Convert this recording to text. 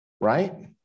right